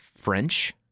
French